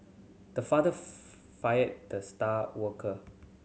the father fired the star worker